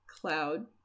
cloud